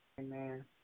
Amen